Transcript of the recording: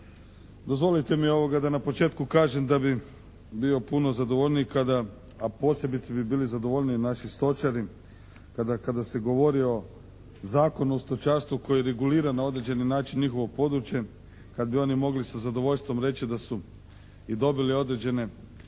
Dozvolite mi da na početku kažem da bih bio puno zadovoljniji kada, a posebice bi bili zadovoljniji naši stočari kada se govori o Zakonu o stočarstvu koji regulira na određeni način njihovo područje, kad bi oni mogli sa zadovoljstvom reći da su i dobili određene